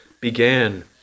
began